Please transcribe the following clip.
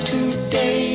Today